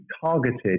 targeted